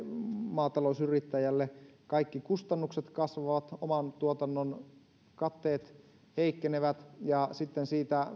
maatalousyrittäjälle kaikki kustannukset kasvavat oman tuotannon katteet heikkenevät ja sitten siitä